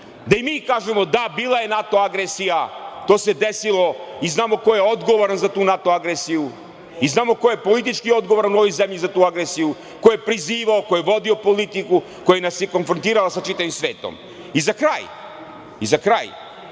gde i mi kažemo – da, bila je NATO agresija, to se desilo i znamo ko je odgovoran za tu NATO agresiju i znamo ko je politički odgovoran u ovoj zemlji za tu agresiju, ko je prizivao, ko je vodio politiku koja nas je konfrontirala sa čitavim svetom.Za kraj, na